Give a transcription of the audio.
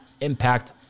Impact